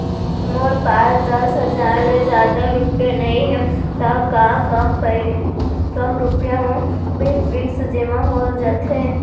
मोर पास दस हजार ले जादा रुपिया नइहे त का कम रुपिया म भी फिक्स जेमा हो जाथे?